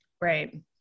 Right